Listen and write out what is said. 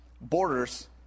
borders